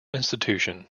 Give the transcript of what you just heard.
institution